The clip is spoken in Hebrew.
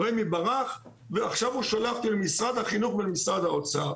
רמ"י ברח ועכשיו הוא שולח אותי למשרד החינוך ולמשרד האוצר.